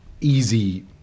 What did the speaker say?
easy